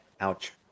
Ouch